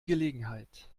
gelegenheit